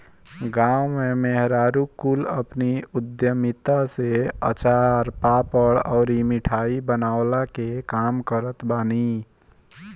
गांव में मेहरारू कुल अपनी उद्यमिता से अचार, पापड़ अउरी मिठाई बनवला के काम करत बानी